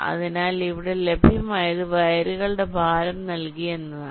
അതിനാൽ ഇവിടെ ലഭ്യമായത് വയറുകളുടെ ഭാരം നൽകി എന്നതാണ്